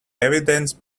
evidence